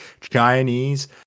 Chinese